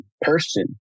person